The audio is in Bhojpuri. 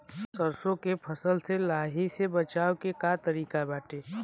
सरसो के फसल से लाही से बचाव के का तरीका बाटे?